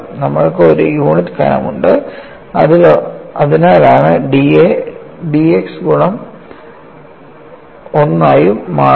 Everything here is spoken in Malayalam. നമ്മൾക്ക് ഒരു യൂണിറ്റ് കനം ഉണ്ട് അതിനാലാണ് d A dx ഗുണം 1 ആയും മാറുന്നത്